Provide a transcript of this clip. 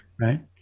Right